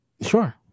Sure